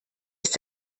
ist